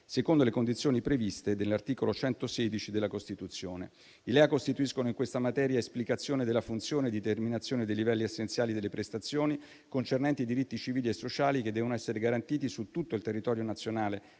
secondo le condizioni previste nell'articolo 116 della Costituzione. I LEA costituiscono in questa materia esplicazione della funzione di determinazione dei livelli essenziali delle prestazioni concernenti i diritti civili e sociali che devono essere garantiti su tutto il territorio nazionale,